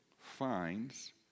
finds